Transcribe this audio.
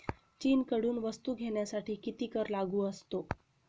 चीनकडून वस्तू घेण्यासाठी किती कर लागू असतो?